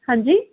हां जी